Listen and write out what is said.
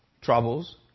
troubles